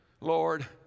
lord